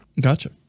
gotcha